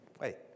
Wait